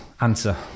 answer